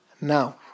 Now